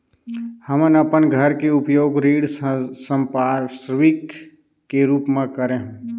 हमन अपन घर के उपयोग ऋण संपार्श्विक के रूप म करे हों